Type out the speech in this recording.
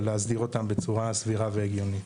ולהסדיר אותם בצורה סבירה והגיונית.